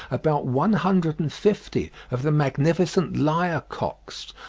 about one hundred and fifty of the magnificent lyre-cocks,